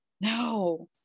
no